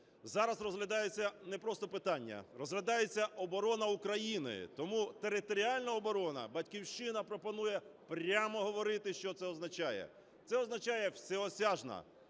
Зараз розглядається не просто питання, розглядається оборона України. Тому територіальна оборона, "Батьківщина" пропонує прямо говорити, що це означає. Це означає всеосяжна,